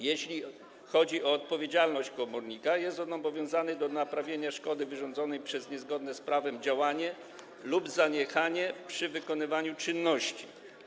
Jeśli chodzi o odpowiedzialność komornika, jest on obowiązany do naprawienia szkody wyrządzonej przez niezgodne z prawem działanie lub zaniechanie przy wykonywaniu czynności.